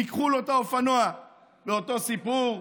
ניגחו לו את האופנוע, באותו סיפור.